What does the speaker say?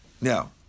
Now